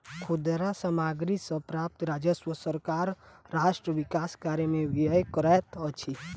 खुदरा सामग्री सॅ प्राप्त राजस्व सॅ सरकार राष्ट्र विकास कार्य में व्यय करैत अछि